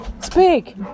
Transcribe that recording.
Speak